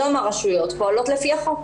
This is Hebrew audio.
היום הרשויות פועלות לפי החוק,